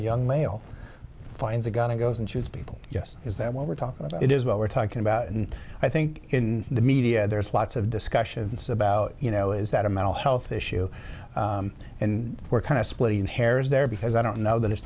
young male finds a gun and goes and shoots people yes is that what we're talking about is what we're talking about and i think in the media there's lots of discussion about you know is that a mental health issue and we're kind of splitting hairs there because i don't know that it's